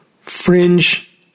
fringe